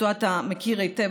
שאותו אתה מכיר היטב,